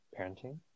parenting